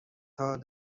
حتی